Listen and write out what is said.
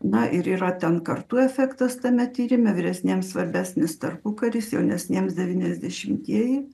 na ir yra ten kartų efektas tame tyrime vyresniems svarbesnis tarpukaris jaunesniems devyniasdešimtieji